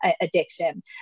addiction